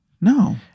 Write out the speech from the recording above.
No